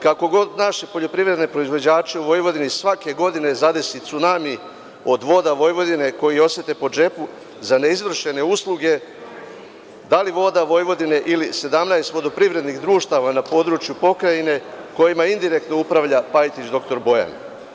Kako god naši poljoprivredni proizvođači u Vojvodini svake godine zadesi cunami od „Voda Vojvodine“ koji osete po džepu za neizvršene usluge da li „Voda Vojvodine“ ili 17 vodoprivrednih društava na području pokrajine kojima indirektno upravlja Pajtić dr Bojan.